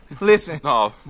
Listen